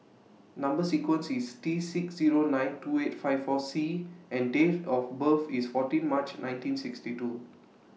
Number sequence IS T six Zero nine two eight five four C and Date of birth IS fourteen March nineteen sixty two